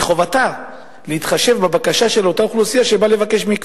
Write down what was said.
מחובתה להתחשב בבקשה של אותה אוכלוסייה שבאה לבקש מקווה.